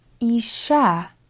Isha